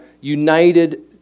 united